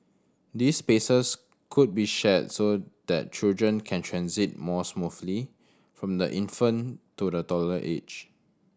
these spaces could be shared so that children can transit more smoothly from the infant to the toddler age